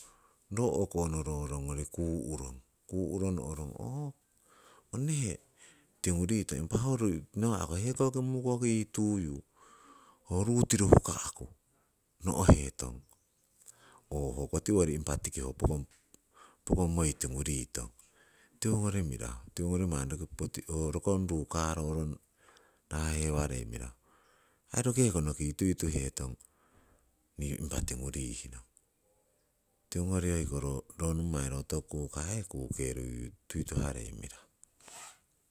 Ro o'ko nororongori kuu'rong, kuu'ro nohrong ooh onne tingu ritong impa nawa'ko hekoki yii mukoki tuyu, ho ru tiru huka'ku no'hetong ooh o'ko tiwori tiki ho pokong moi tingu ritong. Tiwongori mirahu, tiwongori oh rokon ru karorong raa'hewarei mirahu. Aii rokeko noki tuituetong nii impa tingu rihnong. Tiwongori rokoh nommai ro toku kukah aii kukeruihu tui tuarei mirahu.